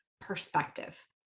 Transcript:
perspective